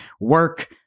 work